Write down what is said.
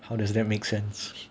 how does that make sense